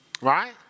right